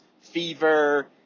fever